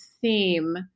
theme